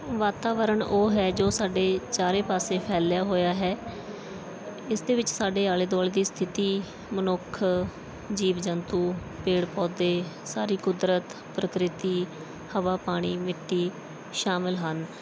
ਵਾਤਾਵਰਣ ਉਹ ਹੈ ਜੋ ਸਾਡੇ ਚਾਰੇ ਪਾਸੇ ਫੈਲਿਆ ਹੋਇਆ ਹੈ ਇਸ ਦੇ ਵਿੱਚ ਸਾਡੇ ਆਲੇ ਦੁਆਲੇ ਦੀ ਸਥਿਤੀ ਮਨੁੱਖ ਜੀਵ ਜੰਤੂ ਪੇੜ ਪੌਦੇ ਸਾਰੀ ਕੁਦਰਤ ਪ੍ਰਕ੍ਰਿਤੀ ਹਵਾ ਪਾਣੀ ਮਿੱਟੀ ਸ਼ਾਮਿਲ ਹਨ